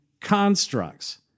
constructs